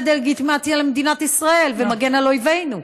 דה-לגיטימציה למדינת ישראל ומגן על אויבינו.